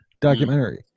documentary